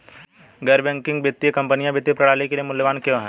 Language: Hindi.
गैर बैंकिंग वित्तीय कंपनियाँ वित्तीय प्रणाली के लिए मूल्यवान क्यों हैं?